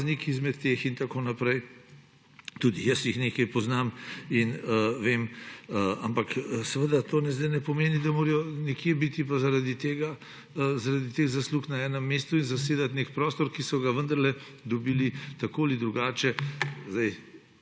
izmed teh. Tudi jaz jih nekaj poznam in vem, ampak seveda to zdaj ne pomeni, da morajo nekje biti pa zaradi teh zaslug na enem mestu in zasedati nek prostor, ki so ga vendarle dobili tako ali drugače.